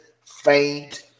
faint